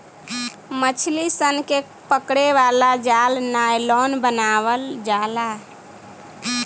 मछली सन के पकड़े वाला जाल नायलॉन बनावल जाला